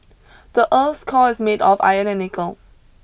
the earth's core is made of iron and nickel